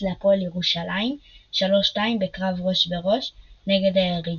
להפועל ירושלים 2-3 בקרב ראש בראש נגד הירידה,